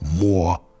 more